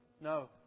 no